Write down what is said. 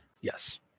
yes